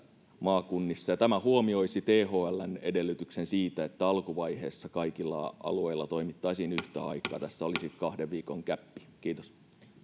maakunnissa tämä huomioisi thln edellytyksen siitä että alkuvaiheessa kaikilla alueilla toimittaisiin yhtä aikaa tässä olisi kahden viikon gäppi kiitos arvoisa puhemies